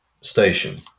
station